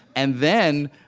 and then,